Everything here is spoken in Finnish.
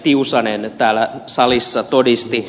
tiusanen täällä salissa todisti